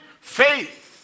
faith